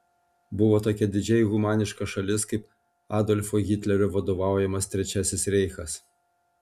buvo tokia didžiai humaniška šalis kaip adolfo hitlerio vadovaujamas trečiasis reichas